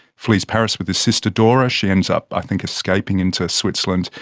flees paris with his sister dora. she ends up i think escaping into switzerland.